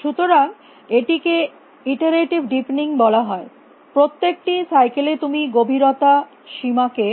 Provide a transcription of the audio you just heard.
সুতরাং এটিকে iterative deepening বলা হয় প্রত্যেকটি সাইকেল এ তুমি গভীরতা সীমাকে